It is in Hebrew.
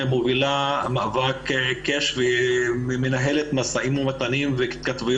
יש מנגנון פדגוגי